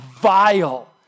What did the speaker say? vile